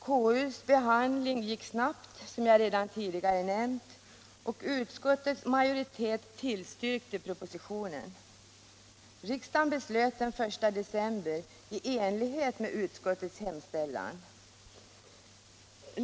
KU:s behandling gick snabbt, som jag tidigare nämnt, och utskottets majoritet tillstyrkte propositionen. Riksdagen beslöt den 1 december i enlighet med utskottets hemställan.